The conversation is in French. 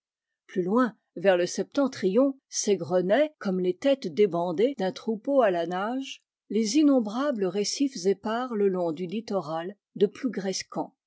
plus loin vers le septentrion s'égrenaient comme les têtes débandées d'un troupeau à la nage les innombrables récif épars le long du littoral de plougrescant